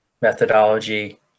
methodology